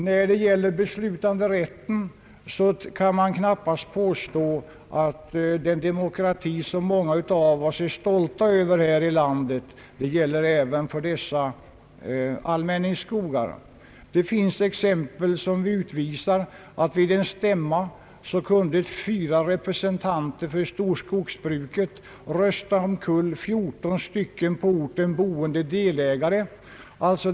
I fråga om beslutanderätten kan man knappast påstå att den demokrati som många av oss är stolta över här i landet gäller även för ifrågavarande allmänningsskogar. Det finns exempel på att vid en stämma kunde fyra representanter för storskogsbruket rösta omkull 14 på orten boende delägare.